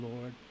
Lord